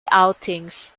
outings